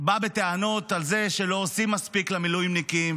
בא בטענות על זה שלא עושים מספיק למילואימניקים,